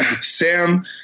Sam